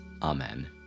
Amen